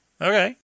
Okay